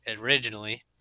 originally